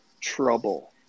trouble